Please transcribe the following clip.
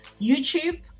YouTube